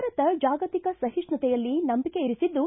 ಭಾರತ ಜಾಗತಿಕ ಸಹಿಷ್ಣುತೆಯಲ್ಲಿ ನಂಬಿಕೆ ಇರಿಸಿದ್ದು